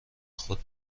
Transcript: خود